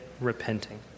repenting